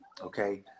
okay